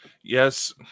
Yes